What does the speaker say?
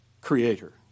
creator